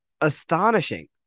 astonishing